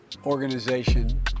organization